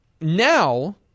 Now